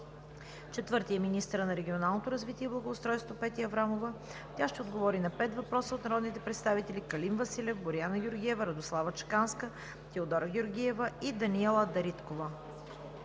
4. Министърът на регионалното развитие и благоустройството Петя Аврамова ще отговори на пет въпроса от народните представители Калин Василев; Боряна Георгиева; Радослава Чеканска; Теодора Георгиева; и Даниела Дариткова.